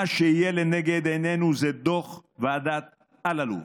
מה שיהיה לנגד עינינו זה דוח ועדת אלאלוף,